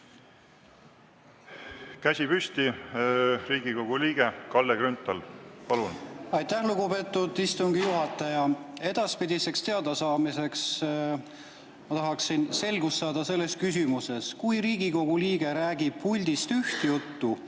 Käsi püsti, Riigikogu liige Kalle Grünthal, palun! Aitäh, lugupeetud istungi juhataja! Edaspidiseks teadasaamiseks ma tahaksin selgust saada selles küsimuses: kui Riigikogu liige räägib puldist üht juttu